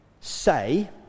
say